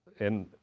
in